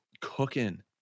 cooking